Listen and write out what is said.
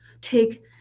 take